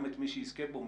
גם מי שיזכה בו,